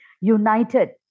united